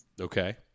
Okay